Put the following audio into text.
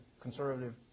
conservative